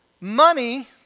money